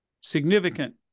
significant